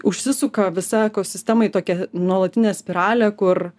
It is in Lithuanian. užsisuka visa ekosistema į tokią nuolatinę spiralę kur